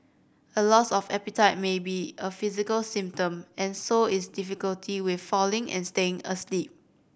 a loss of appetite may be a physical symptom and so is difficulty with falling and staying asleep